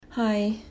Hi